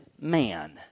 man